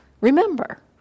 remember